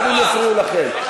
גם אם יפריעו לכם.